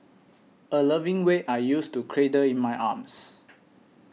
a loving weight I used to cradle in my arms